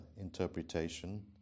interpretation